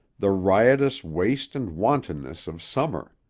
the riotous waste and wantonness of summer.